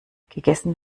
gegessen